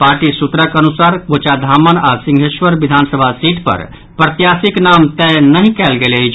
party सूत्रक अनुसार कोचाधामन आओर सिंहेश्वर विधानसभा सीट पर प्रत्याशीक नाम तय नहि कयल गेल अछि